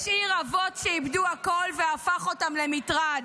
השאיר אבות שאיבדו הכול, והפך אותם למטרד.